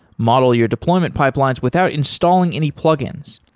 model your deployment pipelines without installing any plug-ins.